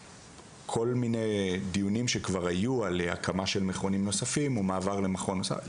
כל מיני דיונים שכבר היו על הקמה של מכונים נוספים או מעבר למכון נוסף,